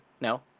No